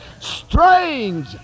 Strange